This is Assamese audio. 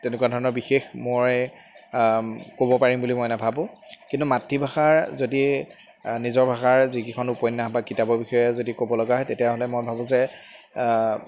তেনেকুৱা ধৰণৰ বিশেষ মই ক'ব পাৰিম বুলি মই নাভাবোঁ কিন্তু মাতৃভাষাৰ যদি নিজৰ ভাষাৰ যিকেইখন উপন্যাস বা কিতাপৰ বিষয়ে যদি ক'ব লগা হয় তেতিয়াহ'লে মই ভাবোঁ যে